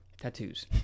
tattoos